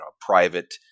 private